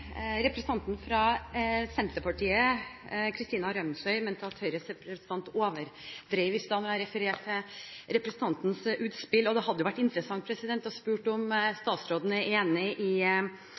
Representanten fra Senterpartiet, Christina Nilsson Ramsøy, mente at Høyres representant overdrev i sted, da jeg refererte til representantens utspill, og det hadde jo vært interessant å spørre om statsråden er enig i